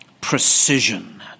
Precision